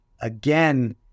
again